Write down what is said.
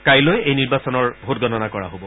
কাইলৈ এই নিৰ্বাচনৰ ভোটগণনা কৰা হব